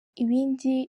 ibindi